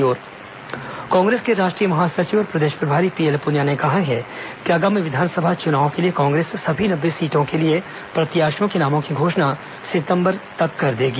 Congress P L Punia Congress के राष्ट्रीय महासचिव और प्रदेश प्रभारी पीएल पुनिया ने कहा है कि आगामी विधानसभा चुनाव के लिए कांग्रेस सभी नब्बे सीटों के लिए प्रत्याशियों के नामों की घोषणा सितंबर तक कर देगी